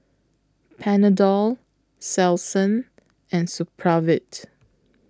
Panadol Selsun and Supravit